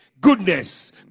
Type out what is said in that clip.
goodness